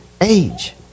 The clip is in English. age